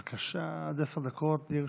בבקשה, עד עשר דקות לרשותך.